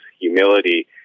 humility